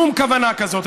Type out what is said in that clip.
שום כוונה כזאת.